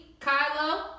Kylo